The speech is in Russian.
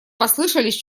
послышались